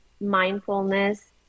mindfulness